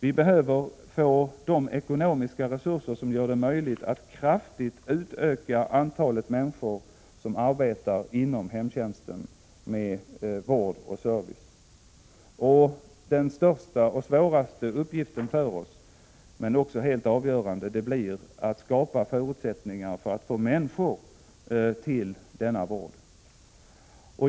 Det behövs sådana ekonomiska resurser att det blir möjligt att kraftigt utöka antalet människor som arbetar med vård och service inom hemtjänsten. Den största och svåraste uppgiften men också den helt avgörande blir att skapa förutsättningar för att få människor till denna vård.